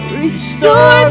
restore